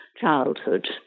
childhood